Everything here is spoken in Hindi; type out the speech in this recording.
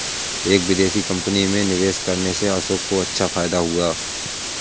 एक विदेशी कंपनी में निवेश करने से अशोक को अच्छा फायदा हुआ